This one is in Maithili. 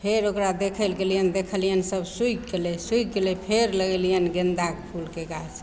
फेर ओकरा देखै ले गेलिअनि देखलिअनि सब सुखि गेलै सुखि गेलै फेर लगेलिअनि गेन्दाके फूलके गाछ